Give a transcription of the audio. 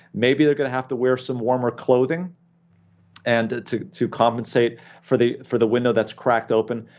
maybe they're going to have to wear some warmer clothing and to to compensate for the for the window that's cracked open,